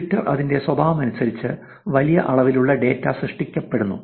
Twitter അതിന്റെ സ്വഭാവമനുസരിച്ച് വലിയ അളവിലുള്ള ഡാറ്റ സൃഷ്ടിക്കപ്പെടുന്നു